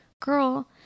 girl